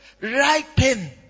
ripen